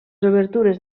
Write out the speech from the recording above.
obertures